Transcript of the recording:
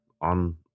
on